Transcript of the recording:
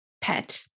pet